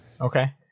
Okay